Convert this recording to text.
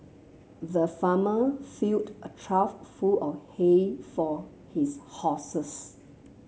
the farmer filled a trough full of hay for his horses